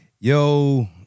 Yo